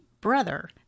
brother